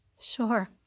Sure